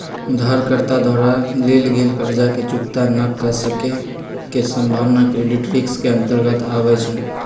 उधारकर्ता द्वारा लेल गेल कर्जा के चुक्ता न क सक्के के संभावना क्रेडिट रिस्क के अंतर्गत आबइ छै